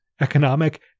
economic